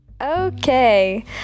okay